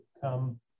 come